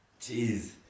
Jeez